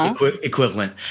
equivalent